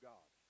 God